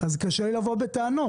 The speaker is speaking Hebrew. אז קשה לי לבוא בטענות.